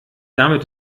damit